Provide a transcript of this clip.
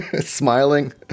smiling